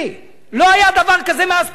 לא היה דבר כזה מאז קום המדינה.